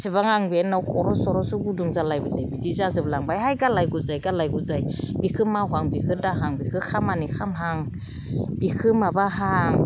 इसेबां आं बे न'खरावसो गुदुं जालायबाय बिदि जाजोबलांबायहाय गालाय गुजाय गालाय गुजाय बेखौ मावहां बेखौ दाहां बेखो खामानि खामहां बेखौ माबाहां